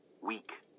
weak